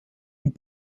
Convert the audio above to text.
und